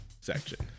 section